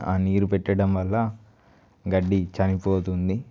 ఆ నీరు పెట్టడం వల్ల గడ్డి చనిపోతుంది